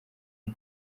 air